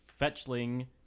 fetchling